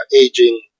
aging